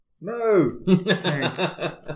No